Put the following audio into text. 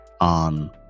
on